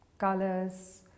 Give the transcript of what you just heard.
colors